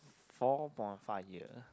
four point five years